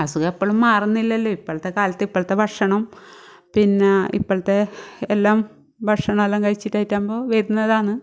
അസുഖം എപ്പളും മാറുന്നില്ലല്ലോ ഇപ്പോഴത്തെ കാലത്ത് ഇപ്പോഴത്തെ ഭക്ഷണം പിന്നെ ഇപ്പോഴത്തെ എല്ലാം ഭക്ഷണോല്ലാം കഴിച്ചിട്ടയറ്റുമ്പോൾ വരുന്നതാന്ന്